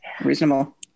Reasonable